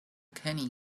kenny